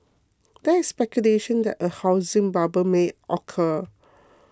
there is speculation that a housing bubble may occur